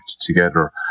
together